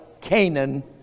Canaan